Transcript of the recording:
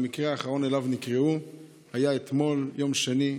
המקרה האחרון שאליו נקראו היה אתמול, יום שני.